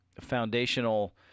foundational